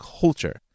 culture